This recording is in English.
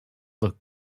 look